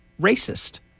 Racist